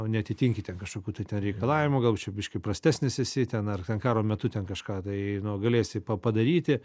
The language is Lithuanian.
neatitinki ten kažkokių tai ten reikalavimų gal čia biškį prastesnis esi ten ar ten karo metu ten kažką tai nu galėsi padaryti